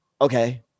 okay